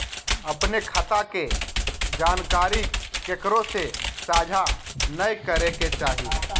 अपने खता के जानकारी केकरो से साझा नयय करे के चाही